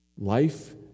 Life